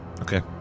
Okay